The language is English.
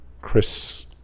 Chris